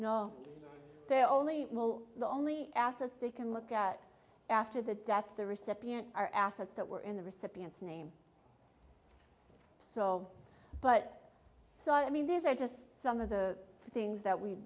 only will the only assets they can look at after the death of the recipient are assets that were in the recipients name so but so i mean these are just some of the things that we